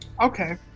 Okay